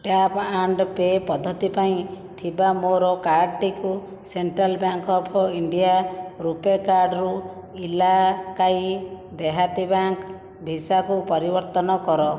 tap and pay ପଦ୍ଧତି ପାଇଁ ଥିବା ମୋର କାର୍ଡ଼ଟିକୁ Central Bank of India RuPay କାର୍ଡ଼ରୁ ଇଲାକାଈ ଦେହାତୀ ବ୍ୟାଙ୍କ୍ ଭିସାକୁ ପରିବର୍ତ୍ତନ କର